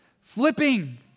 Flipping